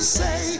say